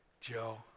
Joe